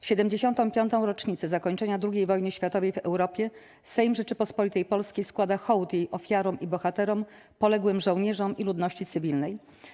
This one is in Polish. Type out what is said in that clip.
W 75. rocznicę zakończenia II wojny światowej w Europie Sejm Rzeczypospolitej Polskiej składa hołd jej ofiarom i bohaterom, poległym żołnierzom i ludności cywilnej.